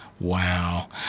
Wow